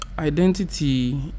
Identity